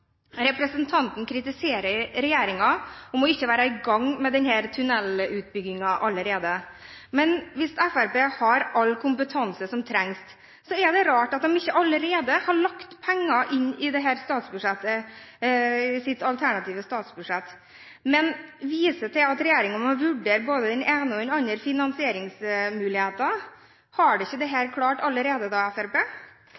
Representanten kritiserer regjeringen for ikke å være i gang med denne tunnelutbyggingen allerede. Men hvis Fremskrittspartiet har all kompetanse som trengs, er det rart at de ikke allerede har lagt penger inn i sitt alternative statsbudsjett, men viser til at regjeringen må vurdere både den ene og den andre finansieringsmuligheten. Har dere ikke